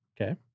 Okay